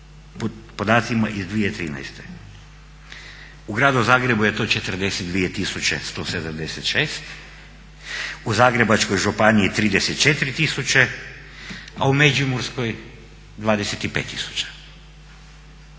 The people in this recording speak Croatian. podacima iz 2013. U gradu Zagrebu je to 42 tisuće 176, u Zagrebačkoj županiji 34 tisuće a u Međimurskoj 25